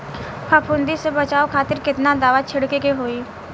फाफूंदी से बचाव खातिर केतना दावा छीड़के के होई?